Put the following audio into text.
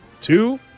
two